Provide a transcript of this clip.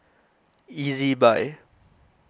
Ezbuy